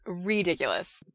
ridiculous